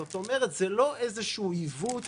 זאת אומרת, זהו לא איזה שהוא עיוות